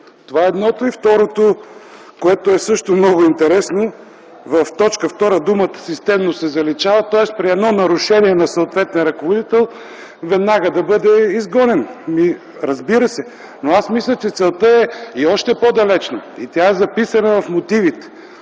това е едното. Второто, което е също много интересно – в т. 2 думата „системно” се заличава. Тоест при едно нарушение на съответния ръководител веднага да бъде изгонен. Ами разбира се. Аз мисля, че целта е още по-далечна и тя е записана в мотивите,